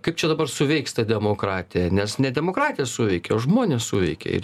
kaip čia dabar suveiks ta demokratija nes ne demokratija suveikia o žmonės suveikia ir